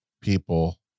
people